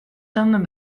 zeunden